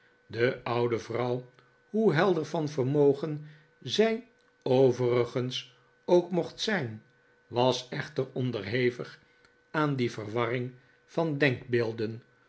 de oude vrouw hoe helder van vermogens zij overigens ook mocht zijn was echter onderhevig aan die verwarring van denkbeelden